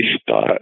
start